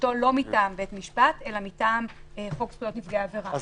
שנוכחותו לא מטעם בית משפט אלא מטעם חוק זכויות נפגעי עבירה.